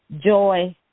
joy